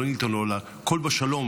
או על כלבו שלום,